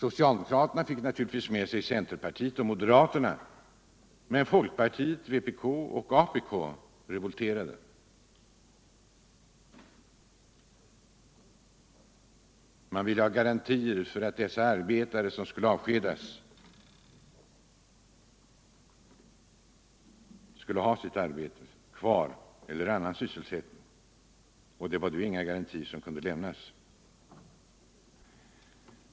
Socialdemokraterna fick naturligtvis med sig centerpartiet och moderaterna, men folkpartiet, vpk och apk revolterade. De ville ha garantier för att de arbetare som avskedas skulle få sysselsättning, och sådana garantier kunde inte lämnas.